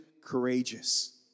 courageous